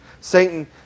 Satan